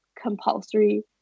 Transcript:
compulsory